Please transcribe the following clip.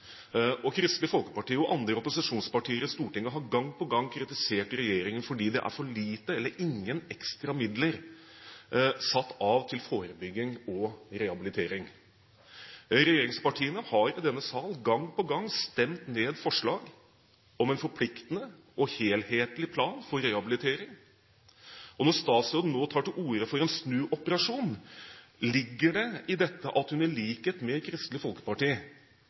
og rehabilitering i hele samfunnet. Kristelig Folkeparti og andre opposisjonspartier i Stortinget har gang på gang kritisert regjeringen fordi det er for lite eller ingen ekstra midler satt av til forebygging og rehabilitering. Regjeringspartiene har i denne sal gang på gang stemt ned forslag om en forpliktende og helhetlig plan for rehabilitering. Når statsråden nå tar til orde for en snuoperasjon, ligger det i dette at hun i likhet med Kristelig Folkeparti